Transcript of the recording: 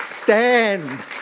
Stand